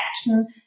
action